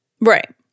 Right